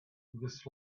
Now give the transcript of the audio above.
this